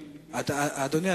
אדוני,